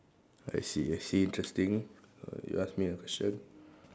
I see I see interesting uh you ask me a question